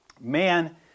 Man